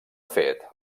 fet